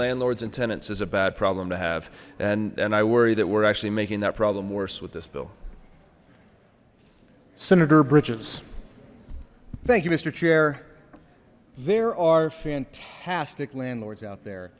landlords and tenants is a bad problem to have and and i worry that we're actually making that problem worse with this bill senator bridges thank you mister chair there are fantastic landlords out there